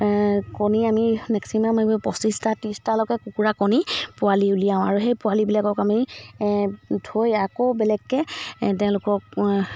কণী আমি মেক্সিমাম পঁচিছটা ত্ৰিছটালৈকে কুকুৰা কণী পোৱালি উলিয়াওঁ আৰু সেই পোৱালিবিলাকক আমি থৈ আকৌ বেলেগকৈ তেওঁলোকক